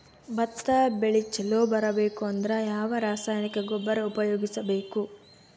ಭತ್ತ ಬೆಳಿ ಚಲೋ ಬರಬೇಕು ಅಂದ್ರ ಯಾವ ರಾಸಾಯನಿಕ ಗೊಬ್ಬರ ಉಪಯೋಗಿಸ ಬೇಕು?